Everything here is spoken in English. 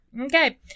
Okay